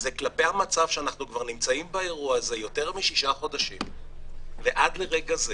כלפי המצב שאנחנו נמצאים באירוע הזה כבר יותר משישה חודשים ועד לרגע זה